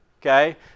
okay